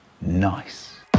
Nice